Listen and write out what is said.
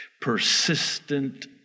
Persistent